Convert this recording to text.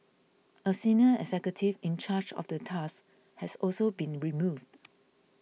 a senior executive in charge of the task has also been removed